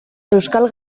euskal